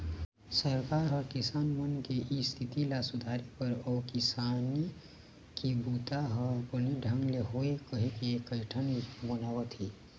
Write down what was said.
सरकार ह किसान मन के इस्थिति ल सुधारे बर अउ किसानी के बूता ह बने ढंग ले होवय कहिके कइठन योजना बनावत हे